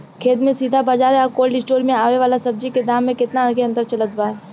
खेत से सीधा बाज़ार आ कोल्ड स्टोर से आवे वाला सब्जी के दाम में केतना के अंतर चलत बा?